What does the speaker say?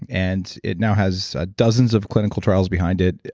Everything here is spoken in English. and it now has ah dozens of clinical trials behind it,